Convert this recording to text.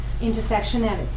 intersectionality